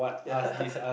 yeah